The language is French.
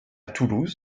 toulouse